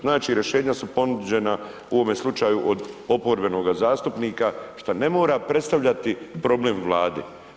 Znači rješenja su ponuđena u ovome slučaju od oporbenoga zastupnika šta ne mora predstavljati problem Vladi.